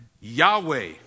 Yahweh